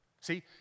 See